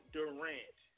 Durant